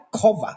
cover